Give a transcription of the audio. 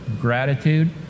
gratitude